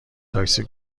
تاکسی